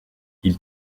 ils